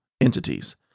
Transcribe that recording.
entities